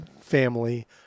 family